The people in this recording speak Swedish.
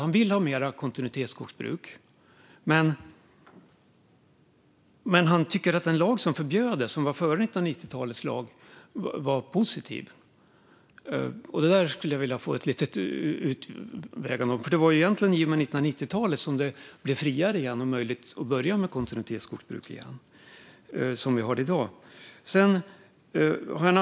Han vill ha mer kontinuitetsskogsbruk, men han tycker att den lag som förbjöd detta, före 1990-talets lag, var positiv. Här skulle jag vilja få höra mer. Det var egentligen under 1990-talet som det blev friare igen och därmed möjligt att börja med kontinuitetsskogsbruk igen.